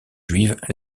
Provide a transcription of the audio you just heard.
juive